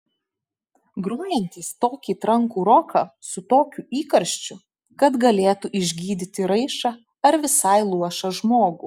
grojantys tokį trankų roką su tokiu įkarščiu kad galėtų išgydyti raišą ar visai luošą žmogų